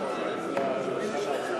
למשל ההצעה שלי אתמול.